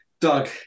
Doug